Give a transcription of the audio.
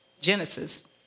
Genesis